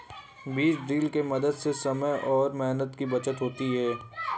बीज ड्रिल के मदद से समय और मेहनत की बचत होती है